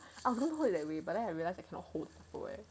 I was going to hold that way but I realise I cannot hold hold eh